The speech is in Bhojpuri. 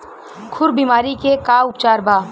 खुर बीमारी के का उपचार बा?